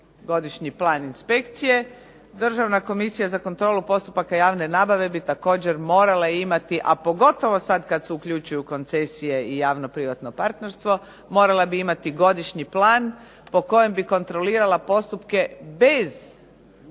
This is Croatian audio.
godišnji plan inspekcije, Državna komisija za kontrolu postupaka javne nabave bi također morala imati, a pogotovo sad kad se uključi u koncesije i javno-privatno partnerstvo, morala bi imati godišnji plan po kojem bi kontrolirala postupke bez